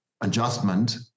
adjustment